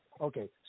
okay